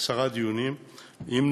עשרה דיונים בבוקר,